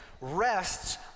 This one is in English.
rests